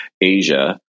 Asia